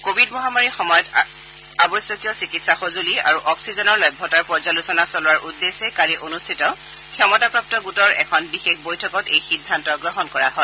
Covid মহামাৰীৰ সময়ত আৱশ্যকীয় চিকিৎসা সঁজলি আৰু অক্সিজেনৰ লভ্যতাৰ পৰ্যালোচনা চলোৱাৰ উদ্দেশ্যে কালি অনুষ্ঠিত ক্ষমতাপ্ৰাপ্ত গোটৰ এখন বিশেষ বৈঠকত এই সিদ্ধান্ত গ্ৰহণ কৰা হয়